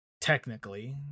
Technically